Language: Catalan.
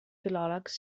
filòlegs